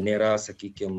nėra sakykim